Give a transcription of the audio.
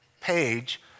page